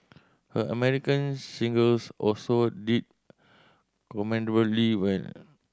her American singles also did commendably well